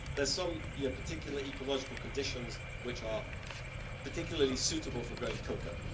there's some you know particular ecological conditions which are particularly suitable for growing coca.